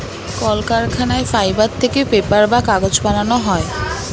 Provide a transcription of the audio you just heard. কলকারখানায় ফাইবার থেকে পেপার বা কাগজ বানানো হয়